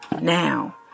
now